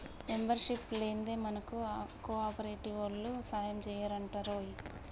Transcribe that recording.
membership లేందే మనకు కోఆపరేటివోల్లు సాయంజెయ్యరటరోయ్